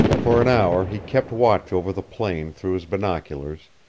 for an hour he kept watch over the plain through his binoculars,